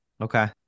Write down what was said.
Okay